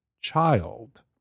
child